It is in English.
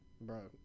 Bro